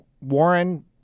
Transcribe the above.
Warren